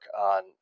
on